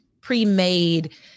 pre-made